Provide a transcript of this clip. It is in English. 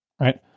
Right